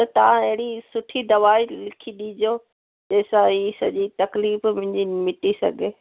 त तव्हां अहिड़ी सुठी दवाई लिखी ॾिजो जंहिंसां हीअ सॼी तकलीफ़ मुंहिंजी मिटी सघे